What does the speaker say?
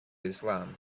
islam